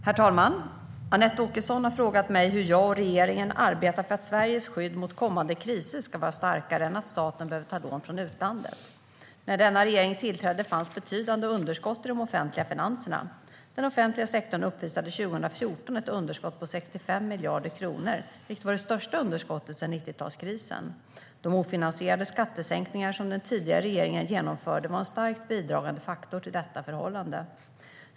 Herr talman! Anette Åkesson har frågat mig hur jag och regeringen arbetar för att Sveriges skydd mot kommande kriser ska vara starkare än att staten behöver ta lån från utlandet. När denna regering tillträdde fanns det betydande underskott i de offentliga finanserna. Den offentliga sektorn uppvisade 2014 ett underskott på 65 miljarder kronor, vilket var det största underskottet sedan 90-talskrisen. De ofinansierade skattesänkningarna som den tidigare regeringen genomförde var en starkt bidragande faktor till detta förhållande.